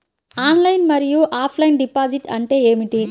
Online మరియు offline deposit అంటే ఏమిటి?